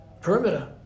perimeter